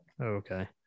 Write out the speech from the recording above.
Okay